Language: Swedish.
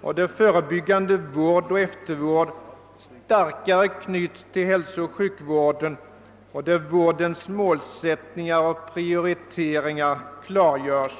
och där förebyggande vård och eftervård knytes starkare till hälsooch sjukvården samt där vårdens målsättningar och prioriteringar klargöres.